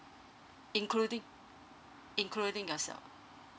including including yourself